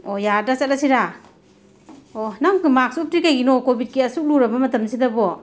ꯑꯣ ꯌꯥꯔꯗ꯭ꯔ ꯆꯠꯂꯁꯤꯔꯥ ꯑꯣ ꯅꯪ ꯃꯥꯛꯁ ꯎꯞꯇ꯭ꯔꯤ ꯀꯩꯒꯤꯅꯣ ꯀꯣꯕꯤꯠꯀꯤ ꯑꯁꯨꯛ ꯂꯨꯔꯕ ꯃꯇꯝꯁꯤꯗꯕꯣ